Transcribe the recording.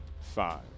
Five